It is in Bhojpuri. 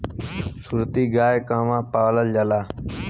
सुरती गाय कहवा पावल जाला?